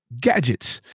Gadgets